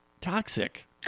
toxic